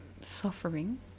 suffering